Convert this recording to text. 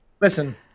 Listen